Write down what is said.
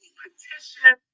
petition